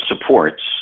supports